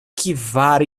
kvar